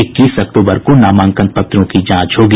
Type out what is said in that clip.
इक्कीस अक्टूबर को नामांकन पत्रों की जांच होगी